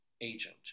agent